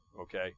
okay